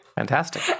Fantastic